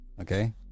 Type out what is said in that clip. okay